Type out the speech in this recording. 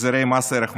החזרי מע"מ.